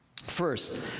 First